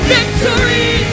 Victory